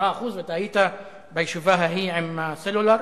7% ואתה היית בישיבה ההיא עם חברות הסלולר,